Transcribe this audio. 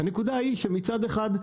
הנקודה היא שמצד אחד,